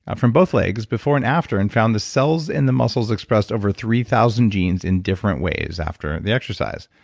ah from both legs before and after and found the cells in the muscles expressed over three thousand genes in different ways after the exercise,